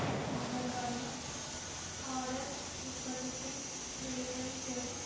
కొన్ని సందర్భాల్లో ఆర్డర్ ఇప్పటికే డెలివరీ కోసం